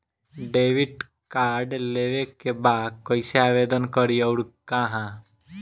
Debit card लेवे के बा कइसे आवेदन करी अउर कहाँ?